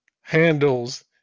handles